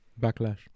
backlash